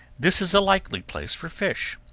this is a likely place for fish,